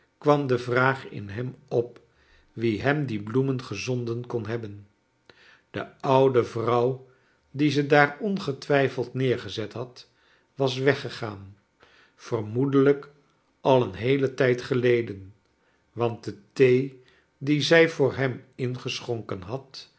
kwam de vraag in hem op wie hem die j bloemen gezonden kon hebben del oude vrouw die ze daar ongetwijfeld neergezet had was weggegaan vermoedelijk al een heelen tijd geleden want de thee die zij voor hem ingesehonken had